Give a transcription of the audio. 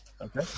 Okay